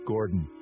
Gordon